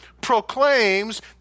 proclaims